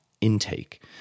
intake